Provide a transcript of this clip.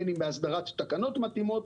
בין אם בהסדרת תקנות מתאימות.